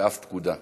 ואף פקודה.